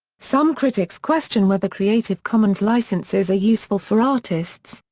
some critics question whether creative commons licenses are useful for artists,